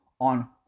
on